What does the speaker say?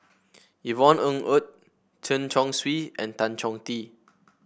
Yvonne Ng Uhde Chen Chong Swee and Tan Chong Tee